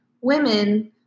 women